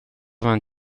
vingt